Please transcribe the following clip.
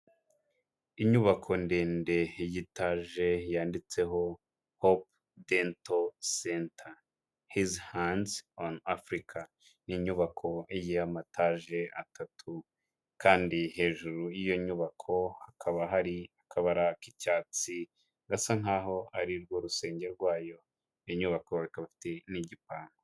Inyubako ndende y'itaje yanditseho hop dento cente his hand on africa n'inyubako y'amataje atatu kandi hejuru y'iyo nyubako hakaba hari akabara k'icyatsi gasa nkaho arirwo rusengero rwayo inyubako ikaba ifite n'igipangu.